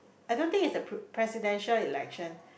I don't think it's the pre~ presidential election